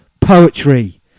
poetry